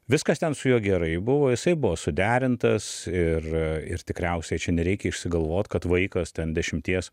viskas ten su juo gerai buvo jisai buvo suderintas ir ir tikriausiai čia nereikia išsigalvot kad vaikas ten dešimties